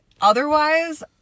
otherwise